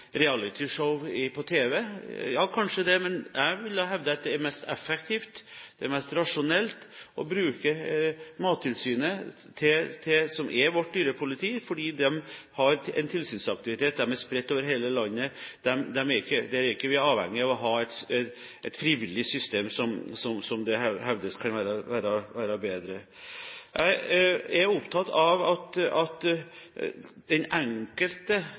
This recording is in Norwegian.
reality show på tv. Ja, kanskje det. Men jeg vil hevde at det er mest effektivt og mest rasjonalt å bruke Mattilsynet, som er vårt dyrepoliti, fordi de har en tilsynsaktivitet, og de er spredd over hele landet – og vi er ikke avhengig av å ha et frivillig system, som man hevder kan være bedre. Jeg er opptatt av at den enkelte